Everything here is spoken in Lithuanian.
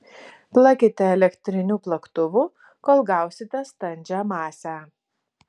plakite elektriniu plaktuvu kol gausite standžią masę